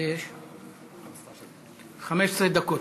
15 דקות.